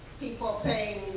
people paying